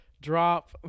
Drop